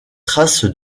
trace